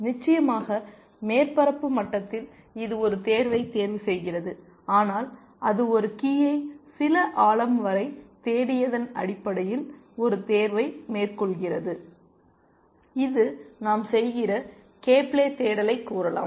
நிச்சயமாக மேற்பரப்பு மட்டத்தில் இது ஒரு தேர்வைத் தேர்வுசெய்கிறது ஆனால் அது ஒரு க்கியை சில ஆழம் வரை தேடியதன் அடிப்படையில் ஒரு தேர்வை மேற்கொள்கிறது இது நாம் செய்கிற k plyகேபிலை தேடலைக் கூறலாம்